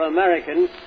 Americans